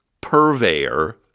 purveyor